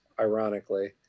ironically